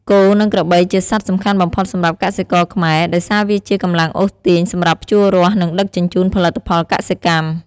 គោ និងក្របី ជាសត្វសំខាន់បំផុតសម្រាប់កសិករខ្មែរ ដោយសារវាជា កម្លាំងអូសទាញ សម្រាប់ភ្ជួររាស់ និងដឹកជញ្ជូនផលិតផលកសិកម្ម។